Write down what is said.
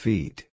Feet